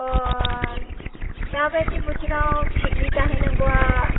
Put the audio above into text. दाबादि बोथोराव पिकनिक जाहैनांगौआ